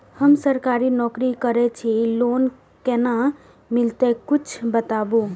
हम सरकारी नौकरी करै छी लोन केना मिलते कीछ बताबु?